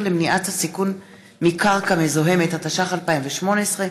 התשע"ח 2018,